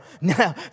Now